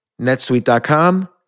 netsuite.com